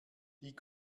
die